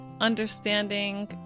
understanding